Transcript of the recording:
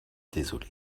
désolée